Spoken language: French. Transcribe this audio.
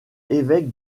évêque